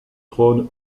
trônes